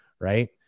Right